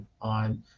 on